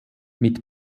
mit